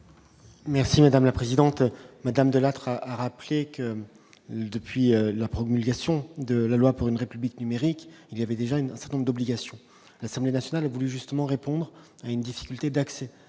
Merci madame la présidente, madame Delattre a rappelé que depuis la promulgation de la loi pour une République numérique, il y avait déjà une seconde d'obligation à l'Assemblée nationale a voulu justement répondre. Et une difficulté d'accès